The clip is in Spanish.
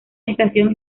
estación